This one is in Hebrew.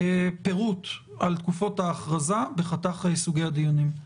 פירוט על תקופות ההכרזה בחתך סוגי הדיונים,